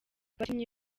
abakinnyi